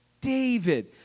David